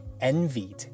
envied